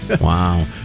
Wow